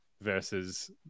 versus